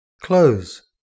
close